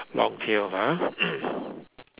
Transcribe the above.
long tail ah